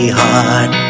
hard